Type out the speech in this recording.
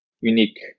unique